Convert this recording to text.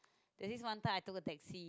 and this one time I took the taxi